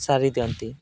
ସାରି ଦିଅନ୍ତି